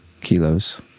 kilos